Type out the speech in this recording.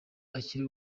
akiri